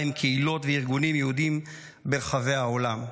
עם קהילות וארגונים יהודיים ברחבי העולם.